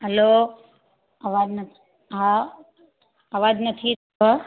hello आवाज़ु न हा आवाज़ु नथी अचेव